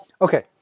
okay